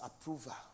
approval